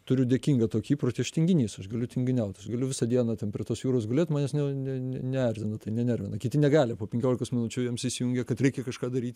turiu dėkingą tokį įprotį aš tinginys aš galiu tinginiaut aš galiu visą dieną ten prie tos jūros gulėt manęs ne ne neerzina tai nenervina kiti negali po penkiolikos minučių jiems įsijungia kad reikia kažką daryti